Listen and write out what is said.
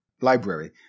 library